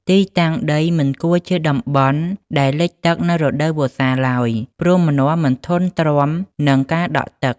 ទីតាំងដីមិនគួរជាតំបន់ដែលលិចទឹកនៅរដូវវស្សាឡើយ ព្រោះម្នាស់មិនធន់ទ្រាំនឹងការដក់ទឹក។